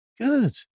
good